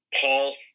Paul